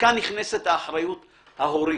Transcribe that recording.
וכאן נכנסת האחריות ההורית,